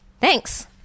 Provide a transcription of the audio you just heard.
thanks